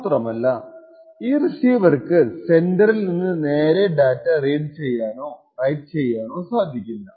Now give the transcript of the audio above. മാത്രമല്ല ഈ റിസീവർക്ക് സെൻഡറിൽ നിന്ന് നേരെ ഡാറ്റ റീഡ് ചെയ്യാനോ റൈറ്റ് ചെയ്യാനോ സാധിക്കില്ല